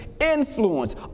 influence